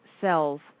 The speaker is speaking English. cells